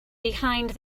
behind